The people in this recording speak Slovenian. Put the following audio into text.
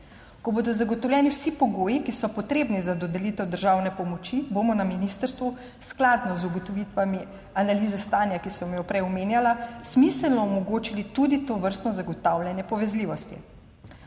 Ko bodo zagotovljeni vsi pogoji, ki so potrebni za dodelitev državne pomoči, bomo na ministrstvu skladno z ugotovitvami analize stanja, ki sem jo prej omenjala, smiselno omogočili tudi tovrstno zagotavljanje povezljivosti.